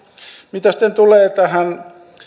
mitä sitten tulee tähän